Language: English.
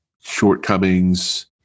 shortcomings